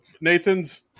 Nathan's